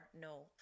no